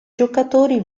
giocatori